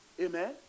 Amen